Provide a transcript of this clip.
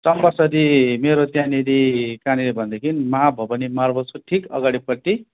चम्पासरी मेरो त्याँनिर कहाँनिर भनेदेखि महाभवानी मार्बल्सको ठिक अगाडिपट्टि